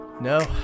No